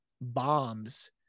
bombs